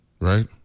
right